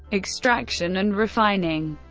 extraction and refining